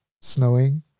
snowing